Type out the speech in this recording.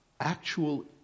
actual